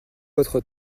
votre